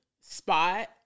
spot